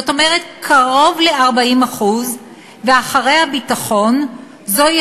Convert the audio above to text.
זאת אומרת קרוב ל-40% ואחרי הביטחון זוהי